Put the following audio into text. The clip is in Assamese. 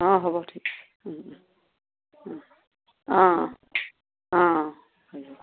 অঁ হ'ব ঠিক আছে